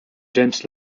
james